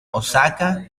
osaka